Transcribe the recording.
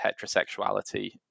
heterosexuality